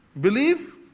Believe